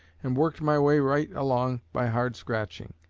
and worked my way right along by hard scratching.